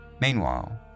Meanwhile